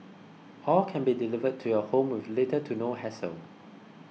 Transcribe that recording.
all can be delivered to your home with little to no hassle